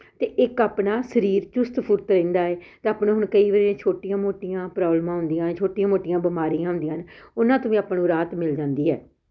ਅਤੇ ਇੱਕ ਆਪਣਾ ਸਰੀਰ ਚੁਸਤ ਫੁਰਤ ਰਹਿੰਦਾ ਹੈ ਅਤੇ ਆਪਾਂ ਨੂੰ ਹੁਣ ਕਈ ਵਾਰੀ ਛੋਟੀਆਂ ਮੋਟੀਆਂ ਪ੍ਰੋਬਲਮਾਂ ਆਉਂਦੀਆਂ ਛੋਟੀਆਂ ਮੋਟੀਆਂ ਬਿਮਾਰੀਆਂ ਹੁੰਦੀਆਂ ਹਨ ਉਹਨਾਂ ਤੋਂ ਵੀ ਆਪਾਂ ਨੂੰ ਰਾਹਤ ਮਿਲ ਜਾਂਦੀ ਹੈ